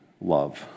love